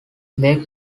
they